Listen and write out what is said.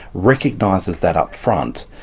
recognises that upfront,